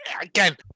Again